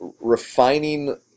refining